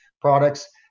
products